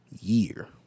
year